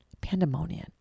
Pandemonium